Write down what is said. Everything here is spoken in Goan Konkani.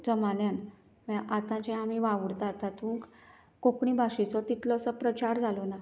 जमान्यान म्हळ्यार आता जे आमी वावूरतात तातूंत कोंकणी भाशेचो तितलोसो प्रचार जालो ना